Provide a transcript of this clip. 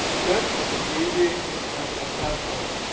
good. was it easy going through the steps order?